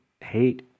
hate